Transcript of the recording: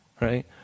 Right